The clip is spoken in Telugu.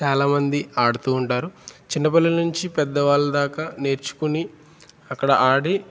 చాలా మంది ఆడుతూ ఉంటారు చిన్నపిల్లల నుంచి పెద్దవాళ్ళ దాకా నేర్చుకొని అక్కడ ఆడి